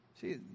See